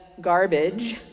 garbage